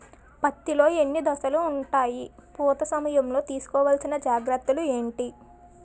పత్తి లో ఎన్ని దశలు ఉంటాయి? పూత సమయం లో తీసుకోవల్సిన జాగ్రత్తలు ఏంటి?